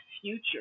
future